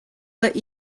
let